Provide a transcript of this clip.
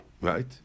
Right